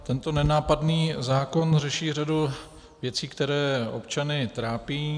Tento nenápadný zákon řeší řadu věcí, které občany trápí.